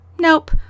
Nope